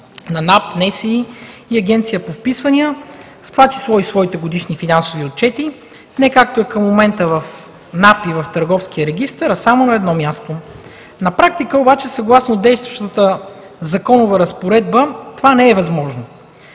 на НАП, НСИ и Агенцията по вписванията, в това число и своите годишни финансови отчети, не както е към момента в НАП и в Търговския регистър, а само на едно място. На практика обаче съгласно действащата законова разпоредба това не е възможно,